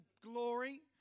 glory